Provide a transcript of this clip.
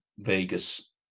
Vegas